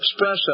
espresso